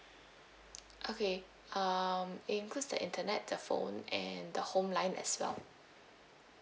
okay um it includes the internet the phone and the home line as well